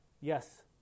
yes